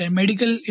medical